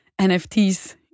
NFTs